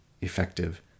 effective